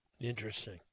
Interesting